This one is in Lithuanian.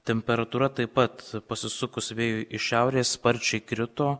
temperatūra taip pat pasisukus vėjui iš šiaurės sparčiai krito